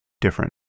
different